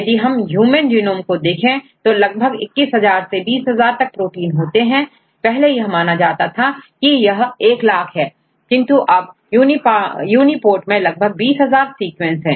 यदि हम human genome देखें तो लगभग 21 000से20000 तक प्रोटीन होते हैं पहले यह माना जाता था कि यह100000 किंतु अब यूनीपोर्ट मैं लगभग 20000 सीक्वेंस है